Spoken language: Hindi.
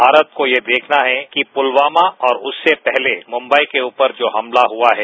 भारत को यह देखना है कि पुलवामा और उससे पहले मुंबई के उपर जो हमला हुआ है